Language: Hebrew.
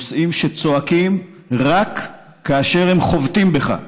נושאים שצועקים רק כאשר הם חובטים בנו.